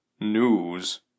news